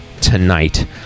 tonight